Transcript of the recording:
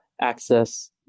access